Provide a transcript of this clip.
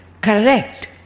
correct